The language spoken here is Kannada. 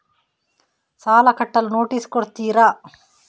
ಸಾಲ ಕಟ್ಟಲು ನೋಟಿಸ್ ಕೊಡುತ್ತೀರ?